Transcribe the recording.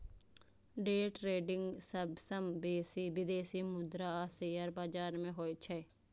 day trading सबसं बेसी विदेशी मुद्रा आ शेयर बाजार मे होइ छै